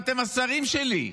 ואתם השרים שלי.